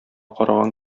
караган